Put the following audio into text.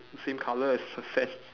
same colour as the sand